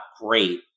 great